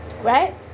right